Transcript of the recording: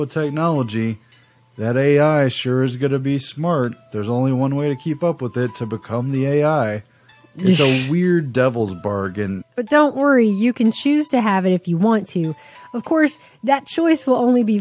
with technology that ai sure is going to be smart there's only one way to keep up with that to become the ai weird devil's bargain but don't worry you can choose to have it if you want to of course that choice will only be